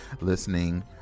listening